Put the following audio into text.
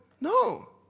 No